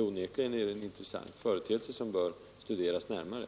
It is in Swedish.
Onekligen är det en intressant företeelse som bör studeras närmare.